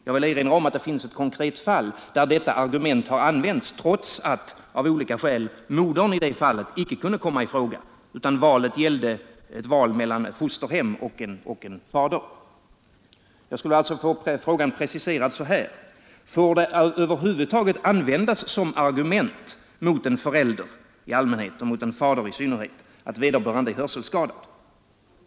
Jag vill erinra om att det finns ett konkret fall, där detta argument använts, trots att av olika skäl modern i det fallet icke kunde komma i fråga utan valet gällde mellan ett fosterhem och en fader. Jag skulle alltså vilja ha frågan preciserad så här: Får det över huvud taget användas som argument mot en förälder i allmänhet och mot en fader i synnerhet att vederbörande är hörselskadad?